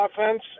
offense